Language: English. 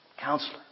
Counselor